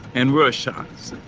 and rorschachs.